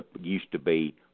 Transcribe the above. used-to-be